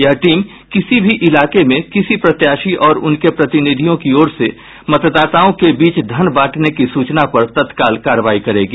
ये टीम किसी भी इलाके में किसी प्रत्याशी और उनके प्रतिनिधियों की ओर से मतदाताओं के बीच धन बांटने की सूचना पर तत्काल कार्रवाई करेगी